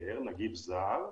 אחר זר,